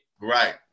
right